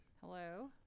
hello